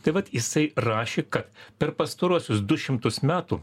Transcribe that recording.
tai vat jisai rašė kad per pastaruosius du šimtus metų